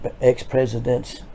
ex-presidents